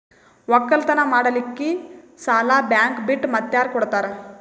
ಒಕ್ಕಲತನ ಮಾಡಲಿಕ್ಕಿ ಸಾಲಾ ಬ್ಯಾಂಕ ಬಿಟ್ಟ ಮಾತ್ಯಾರ ಕೊಡತಾರ?